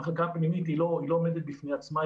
המחלקה הפנימית לא עומדת בפני עצמה,